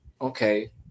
okay